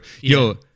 Yo